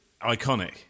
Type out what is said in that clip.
iconic